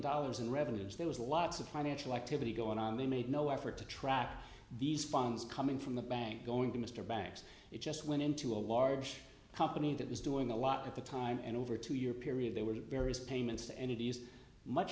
dollars in revenues there was lots of financial activity going on they made no effort to track these funds coming from the bank going to mr banks it just went into a large company that was doing a lot at the time and over two year period there were various payments and it used much